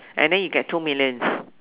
and then you get two millions